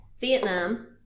Vietnam